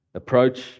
approach